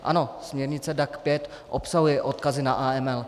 Ano, směrnice DAC 5 obsahuje odkazy na AML.